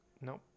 Nope